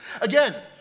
Again